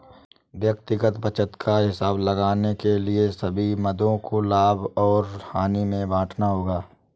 व्यक्तिगत बचत का हिसाब लगाने के लिए सभी मदों को लाभ और हानि में बांटना होगा